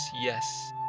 yes